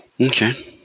Okay